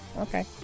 okay